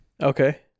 Okay